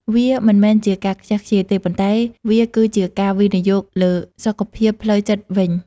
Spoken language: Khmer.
វាមិនមែនជាការខ្ជះខ្ជាយទេ ប៉ុន្តែវាគឺជាការវិនិយោគលើសុខភាពផ្លូវចិត្តវិញ។